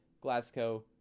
glasgow